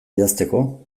idazteko